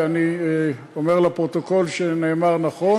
ואני אומר לפרוטוקול שנאמר נכון,